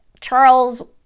Charles